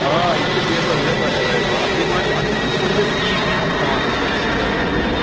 آ یہِ چھِ پیٚپَر ویٚپر ایولیبل اَکھتُے ما چھِ اَکھتُے چھِ تِمَن ہِنٛز کی وی چھِ تھاوان أسۍ حظ ایولبل ییٚتہِ